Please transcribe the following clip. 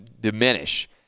diminish